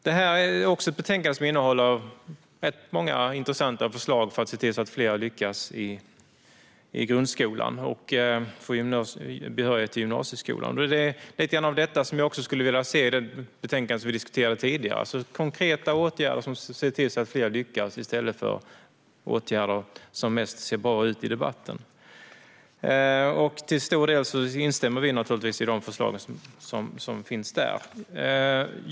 Detta betänkande innehåller rätt många intressanta förslag för att se till att fler lyckas i grundskolan och får behörighet till gymnasieskolan. Jag skulle vilja se lite av det som fanns i det betänkande vi diskuterade tidigare: konkreta åtgärder som ser till att fler lyckas, i stället för åtgärder som mest ser bra ut i debatten. Vi instämmer naturligtvis till stor del i de förslag som finns där.